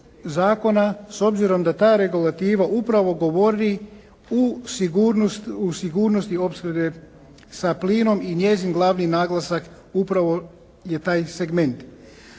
s obzirom da ta regulativa upravo govori u sigurnosti opskrbe sa plinom i njezin glavni naglasak upravo je taj segment.